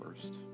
first